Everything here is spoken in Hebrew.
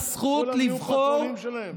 כולם נהיו פטרונים שלהם?